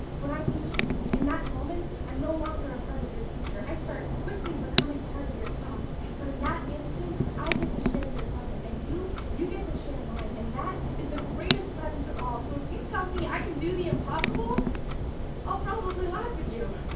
when i meet you, in that moment, i'm and no longer a part of your future. i start quickly becoming part of your past. but in that instant, i get to share your present. and you, you get to share mine. and that is the greatest present of all. so if you tell me i can do the impossible i'll probably laugh at you.